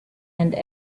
and